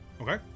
okay